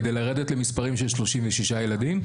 כדי לרדת למספרים של 36 ילדים.